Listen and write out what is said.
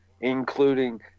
including